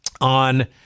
on